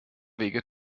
wege